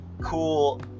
cool